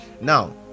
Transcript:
now